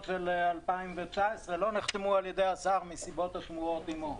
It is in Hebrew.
של 2019 לא נחתמו על ידי השר מסיבות השמורות עמו,